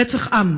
רצח עם,